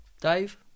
Dave